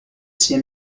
sia